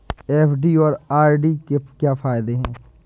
FD और RD के क्या फायदे हैं?